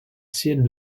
ciels